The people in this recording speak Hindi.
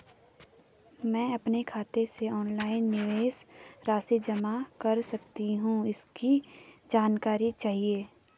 मैं अपने खाते से ऑनलाइन निवेश राशि जमा कर सकती हूँ इसकी जानकारी चाहिए?